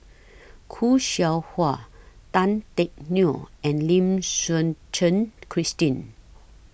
Khoo Seow Hwa Tan Teck Neo and Lim Suchen Christine